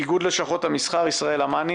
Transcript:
איגוד לשכות המסחר ישראלה מני.